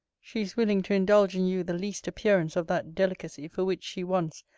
she is willing to indulge in you the least appearance of that delicacy for which she once,